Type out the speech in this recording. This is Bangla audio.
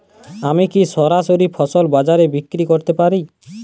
আমি কি সরাসরি ফসল বাজারে বিক্রি করতে পারি?